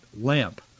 lamp